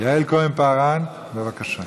יעל כהן-פארן, בבקשה.